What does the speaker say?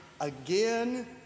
again